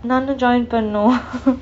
நானும்:naanum join பன்னும்:pannum